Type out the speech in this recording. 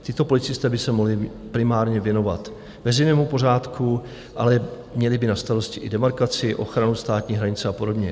Tito policisté by se mohli primárně věnovat veřejnému pořádku, ale měli by na starosti i demarkaci, ochranu státní hranice a podobně.